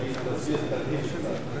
תרחיב קצת.